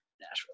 nashville